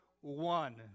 one